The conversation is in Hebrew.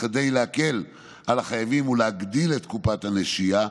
כדי להקל על החייבים ולהגדיל את קופת הנשייה,